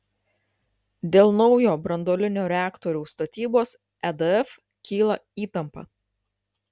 dėl naujo branduolinio reaktoriaus statybos edf kyla įtampa